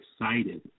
excited